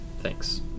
thanks